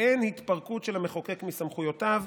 ואין התפרקות של המחוקק מסמכויותיו.